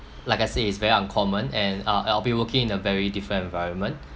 like I say it's very uncommon and uh I'll be working in a very different environment